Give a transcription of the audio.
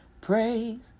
Praise